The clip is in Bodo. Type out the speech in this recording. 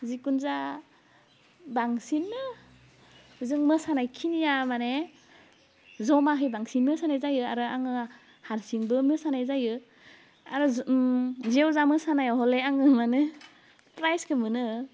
जिखुनु जा बांसिननो जों मोसानाय खिनिया मानि जमाहै बांसिन मोसानाय जायो आरो आङो हारसिंबो मोसानाय जायो आरो जु ओम जेवजा मोसानायाव हले आङो मानि प्राइजखौ मोनो